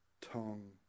tongue